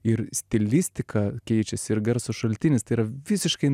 ir stilistiką keičiasi ir garso šaltinis yra visiškai